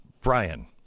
Brian